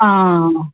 आं